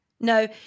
no